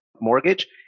mortgage